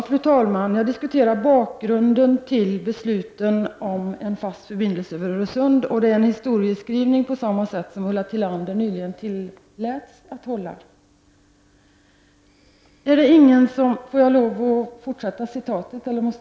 Fru talman! Jag diskuterar bakgrunden till besluten om en fast förbindelse över Öresund och gör en historieskrivning på samma sätt som Ulla Tillander nyligen tilläts göra. Får jag lov att fortsätta citatet?